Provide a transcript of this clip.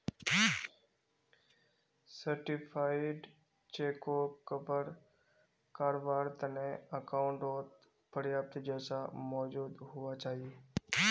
certified चेकोक कवर कारवार तने अकाउंटओत पर्याप्त पैसा मौजूद हुवा चाहि